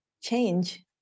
change